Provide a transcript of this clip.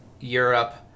Europe